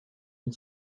and